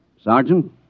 Sergeant